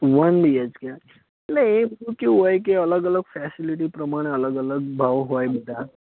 one BHK એટલે એ બધું કેવું હોય કે અલગ અલગ ફેસીલીટી પ્રમાણે અલગ અલગ ભાવ હોય બધાં